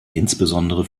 insbesondere